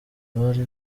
bari